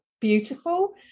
beautiful